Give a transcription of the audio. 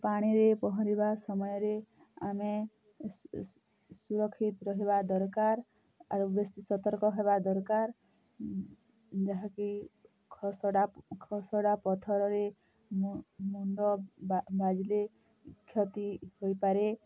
ପାଣିରେ ପହଁରିବା ସମୟରେ ଆମେ ସୁରକ୍ଷିତ୍ ରହିବା ଦରକାର ଆଉ ବେଶୀ ସତର୍କ ହେବା ଦରକାର୍ ଯାହାକି ଖସଡ଼ା ଖସଡ଼ା ପଥରରେ ମୁଣ୍ଡ ବାଜିଲେ କ୍ଷତି ହୋଇପାରେ